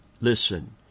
Listen